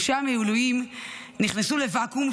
אנשי המילואים נכנסו לוואקום,